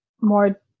more